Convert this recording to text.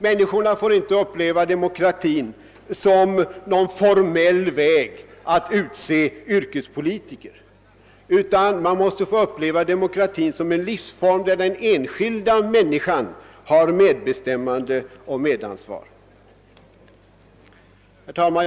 Människorna får inte uppleva demokratin som någon formell väg att utse yrkespolitiker, utan man måste kunna uppleva demokratin som en livsform, där den enskilda människan har medbestämmande och medansvar. "Herr talman!